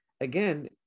again